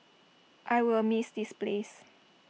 I will miss this place